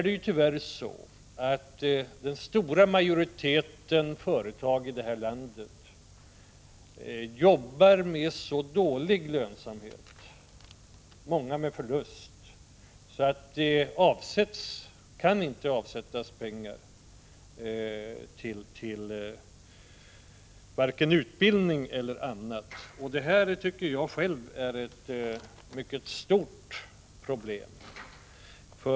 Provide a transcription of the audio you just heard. Men tyvärr arbetar den stora majoriteten företag i detta land med så dålig lönsamhet, många med förlust, att de inte kan avsätta pengar till vare sig utbildning eller annat. Det tycker jag är ett stort problem.